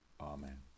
Amen